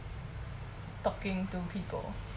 talking to people